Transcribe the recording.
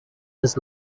his